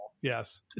Yes